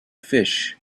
fish